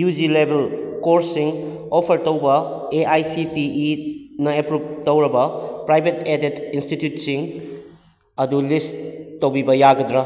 U G ꯂꯦꯕꯦꯜ ꯀꯣꯔꯁꯁꯤꯡ offer ꯇꯧꯕ ꯑꯦ ꯑꯥꯏ ꯁꯤ ꯇꯤ ꯏꯅ ꯑꯦꯄ꯭ꯔꯨꯞ ꯇꯧꯔꯕ ꯄ꯭ꯔꯥꯏꯚꯦꯠ ꯑꯦꯗꯦꯠ ꯏꯟꯁꯇꯤꯇ꯭ꯌꯨꯠꯁꯤꯡ ꯑꯗꯨ ꯂꯤꯁ ꯇꯧꯕꯤꯕ ꯌꯥꯒꯗ꯭ꯔꯥ